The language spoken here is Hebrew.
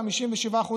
57%,